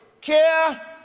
care